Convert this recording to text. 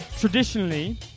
Traditionally